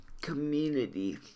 community